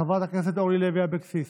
חברת הכנסת אורלי לוי אבקסיס,